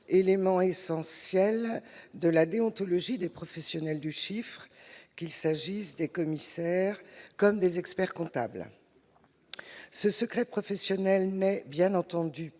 élément essentiel de la déontologie des professionnels du chiffre, commissaires aux comptes ou experts-comptables. Ce secret professionnel n'est bien entendu pas